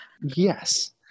Yes